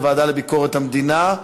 לוועדה לביקורת המדינה.